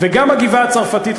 וגם הגבעה-הצרפתית,